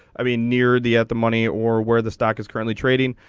i mean near the at the money or where the stock is currently trading.